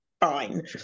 fine